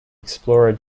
explorer